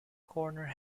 corner